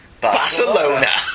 Barcelona